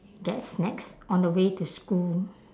get snacks on the way to school